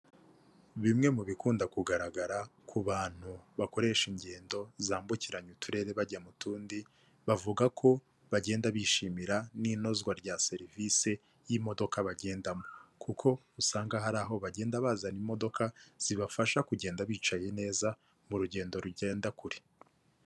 Bimwe mu bikunda kugaragara ku bantu bakoresha ingendo zambukiranya uturere bajya mu tundi, bavuga ko bagenda bishimira n'inozwa rya serivisi y'imodoka bagendamo, kuko usanga hari aho bagenda bazana imodoka zibafasha kugenda bicaye neza mu rugendo rugenda kure.